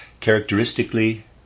Characteristically